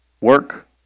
Work